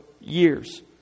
years